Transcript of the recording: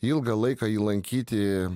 ilgą laiką jį lankyti